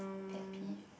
pet peeve